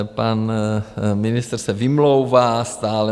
Pan ministr se vymlouvá stále.